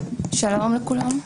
שלום לכולם.